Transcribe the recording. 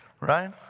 right